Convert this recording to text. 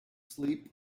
sleep